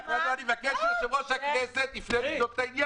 --- אני מבקש שיושב-ראש הכנסת יפנה לבדוק את העניין.